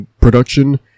production